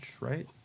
right